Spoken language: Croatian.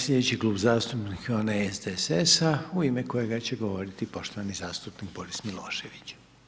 Slijedeći Klub zastupnika onaj SDSS-a u ime kojega će govoriti poštovani zastupnik Boris Milošević.